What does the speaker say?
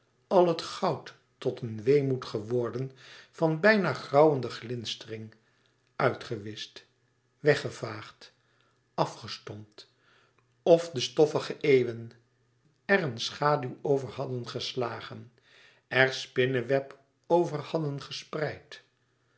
àl het goud tot een weemoed geworden van bijna grauwende glinstering uitgewischt weggevaagd afgestompt of de stoffige eeuwen er eene schaduw over hadden geslagen er spinneweb over hadden gespreid